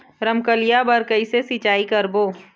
रमकलिया बर कइसे सिचाई करबो?